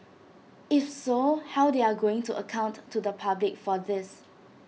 if so how they are going to account to the public for this